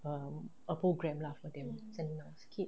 err a program for them ah senang sikit